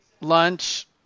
lunch